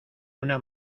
una